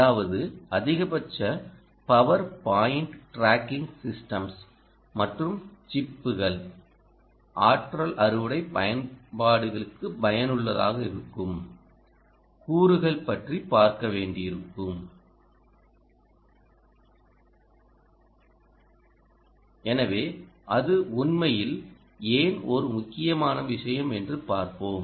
அதாவது அதிகபட்ச power point tracking systems மற்றும் சிப்புகள் ஆற்றல் அறுவடை பயன்பாடுகளுக்கு பயனுள்ளதாக இருக்கும் கூறுகள் பற்றி பார்க்க வேண்டியிருக்கும் எனவே அது உண்மையில் ஏன் ஒரு முக்கியமான விஷயம் என்று பார்ப்போம்